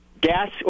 Gas